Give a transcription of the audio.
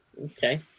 Okay